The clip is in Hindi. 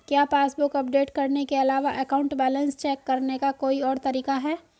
क्या पासबुक अपडेट करने के अलावा अकाउंट बैलेंस चेक करने का कोई और तरीका है?